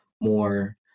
more